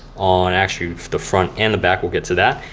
on actually the front and the back, we'll get to that.